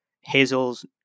Hazel's